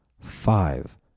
five